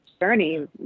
journey